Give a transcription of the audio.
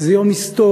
זה יום היסטורי,